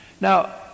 Now